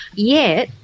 yet,